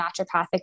Naturopathic